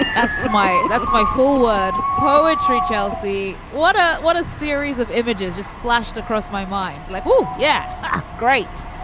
like that's my that's my four-word poetry, chelsea. what a what a series of images just flashed across my mind like, oh, yeah, great